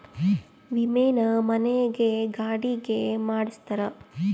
ವಿಮೆನ ಮನೆ ಗೆ ಗಾಡಿ ಗೆ ಮಾಡ್ಸ್ತಾರ